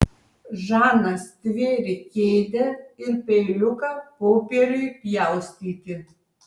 žana stvėrė kėdę ir peiliuką popieriui pjaustyti